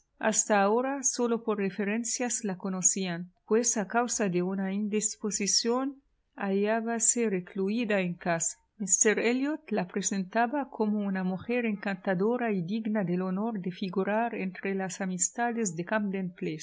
hasta ahora sólo por referencias la conocían pues a causa de una indisposición hallábase recluída en casa míster elliot la presentaba como una mujer encantadora y digna del honor de figurar entre las amistades de